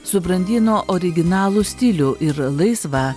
subrandino originalų stilių ir laisvą